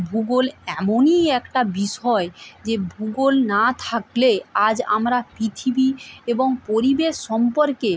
ভূগোল এমনই একটা বিষয় যে ভূগোল না থাকলে আজ আমরা পৃথিবী এবং পরিবেশ সম্পর্কে